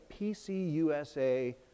PCUSA